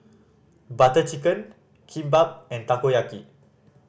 Butter Chicken Kimbap and Takoyaki